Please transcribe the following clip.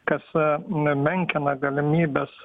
kas a me menkina galimybes